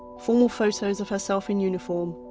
formal photos of herself in uniform,